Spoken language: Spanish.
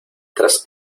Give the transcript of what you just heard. tras